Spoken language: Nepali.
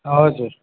हजुर